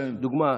לדוגמה,